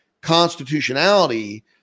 constitutionality